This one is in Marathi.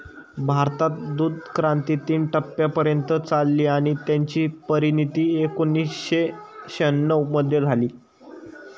भारतात दूधक्रांती तीन टप्प्यांपर्यंत चालली आणि त्याची परिणती एकोणीसशे शहाण्णव मध्ये झाली